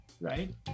right